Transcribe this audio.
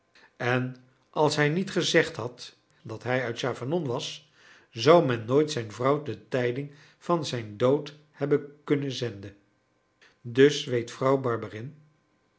en als hij niet gezegd had dat hij uit chavanon was zou men nooit zijn vrouw de tijding van zijn dood hebben kunnen zenden dus weet vrouw